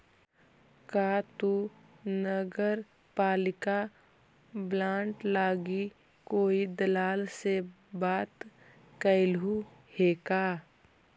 का तु नगरपालिका बॉन्ड लागी कोई दलाल से बात कयलहुं हे का?